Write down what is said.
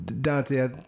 Dante